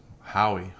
Howie